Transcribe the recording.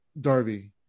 Darby